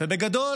בגדול,